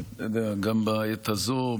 גם בעת הזו,